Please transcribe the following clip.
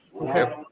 Okay